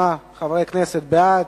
38 בעד,